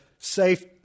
safe